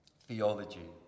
Theology